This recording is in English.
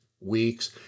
weeks